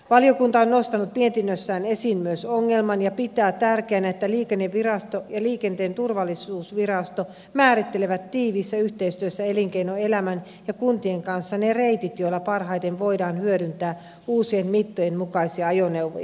valiokunta on myös nostanut ongelman esiin mietinnössään ja pitää tärkeänä että liikennevirasto ja liikenteen turvallisuusvirasto määrittelevät tiiviissä yhteistyössä elinkeinoelämän ja kuntien kanssa ne reitit joilla parhaiten voidaan hyödyntää uusien mittojen mukaisia ajoneuvoja